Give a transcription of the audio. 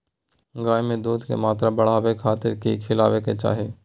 गाय में दूध के मात्रा बढ़ावे खातिर कि खिलावे के चाही?